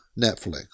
Netflix